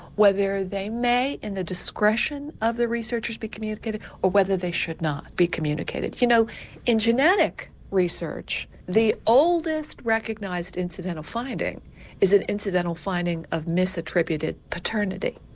whether they may in the discretion of the researcher be communicated or whether they should not be communicated. you know in genetic research the oldest recognised incidental finding is an incidental finding of mis-attributed paternity.